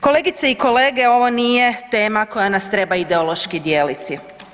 Kolegice i kolege, ovo nije tema koja nas treba ideološki dijeliti.